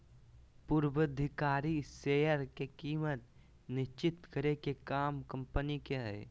पूर्वधिकारी शेयर के कीमत निश्चित करे के काम कम्पनी के हय